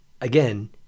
again